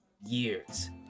years